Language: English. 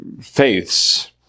faiths